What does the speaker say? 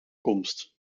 komst